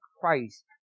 Christ